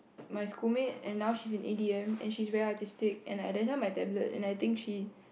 my school mate and now she is in A_D_M and she is very artistic and like that time my tablet and I think she